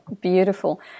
beautiful